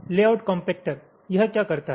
अब layout compactor यह क्या करता है